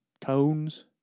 tones